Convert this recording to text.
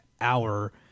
hour